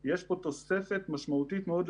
לפחות לפי המידע שאנחנו ראינו שם,